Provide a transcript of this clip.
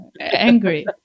angry